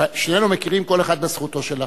שנינו מכירים כל אחד בזכותו של האחר.